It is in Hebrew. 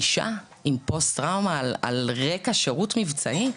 אישה עם פוסט טראומה על רקע שירות מבצעי?